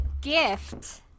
gift